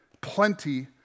plenty